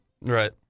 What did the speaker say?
Right